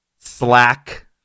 slack